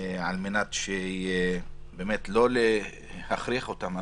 על מנת לא להכריח אותם להגיע לחדלות פירעון.